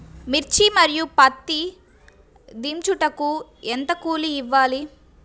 మిర్చి మరియు పత్తి దించుటకు ఎంత కూలి ఇవ్వాలి?